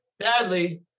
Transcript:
sadly